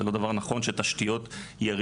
זה לא דבר נכון שתשתיות יריבו,